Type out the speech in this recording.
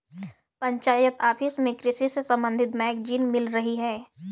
panchayat office में कृषि से संबंधित मैगजीन मिल रही है